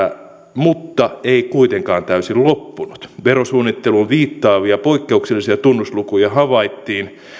mutta ei kuitenkaan täysin loppunut verosuunnitteluun viittaavia poikkeuksellisia tunnuslukuja havaittiin